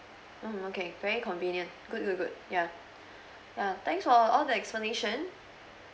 mm okay very convenient good good good ya uh thanks for all the explanation